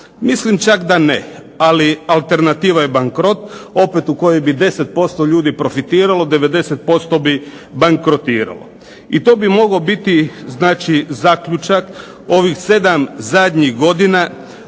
mislim čak da ne. Ali alternativa je bankrot opet u kojem bi 10% ljudi profitiralo, 90% bi bankrotiralo. I to bi mogao biti znači zaključak ovih 7 zadnjih godina,